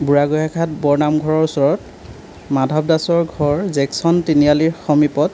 বুঢ়াগোহাঁইঘাট বৰনামঘৰৰ ওচৰত মাধৱ দাসৰ ঘৰ জেকচন তিনিআলিৰ সমীপত